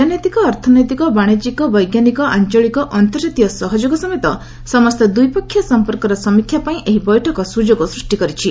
ରାଜନୈତିକ ଅର୍ଥନୈତିକ ବାଣିଜ୍ୟିକ ବୈଜ୍ଞାନିକ ଆଞ୍ଚଳିକ ଅନ୍ତର୍ଜାତୀୟ ସହଯୋଗ ସମେତ ସମସ୍ତ ଦ୍ୱିପକ୍ଷୀୟ ସମ୍ପର୍କର ସମୀକ୍ଷା ପାଇଁ ଏହି ବୈଠକ ସୁଯୋଗ ସୃଷ୍ଟି କରିଛି